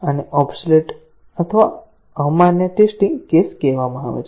આને ઓબ્સેલેટ અથવા અમાન્ય ટેસ્ટીંગ કેસ કહેવામાં આવે છે